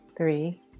Three